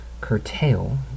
curtail